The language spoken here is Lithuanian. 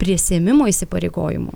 prisiėmimo įsipareigojimų